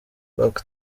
bac